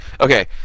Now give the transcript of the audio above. Okay